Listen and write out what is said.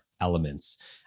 elements